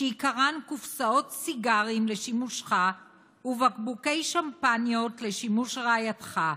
שעיקרן קופסאות סיגרים לשימושך ובקבוקי שמפניות לשימוש רעייתך.